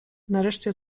nareszcie